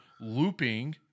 looping